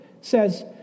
says